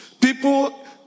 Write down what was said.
People